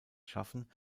schaffen